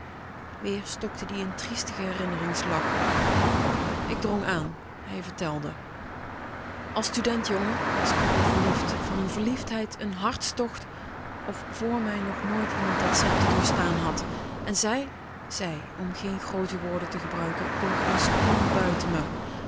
weer stokte ie in triestigen herinnerings lach ik drong aan hij vertelde als student jongen was ik op r verliefd van n verliefdheid n hartstocht of vr mij nog nooit iemand datzelfde doorstaan had en zij zij om geen groote woorden te gebruiken kon geen seconde buiten me